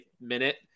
minute